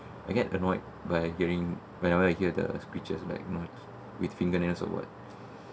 I get annoyed by getting whenever I hear the screeches right with fingernails or what